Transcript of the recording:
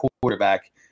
quarterback